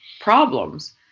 problems